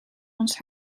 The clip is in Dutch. ons